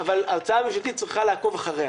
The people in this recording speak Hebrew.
אבל ההוצאה הממשלתית צריכה לעקוב אחריה.